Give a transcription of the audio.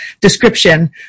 description